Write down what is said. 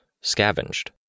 scavenged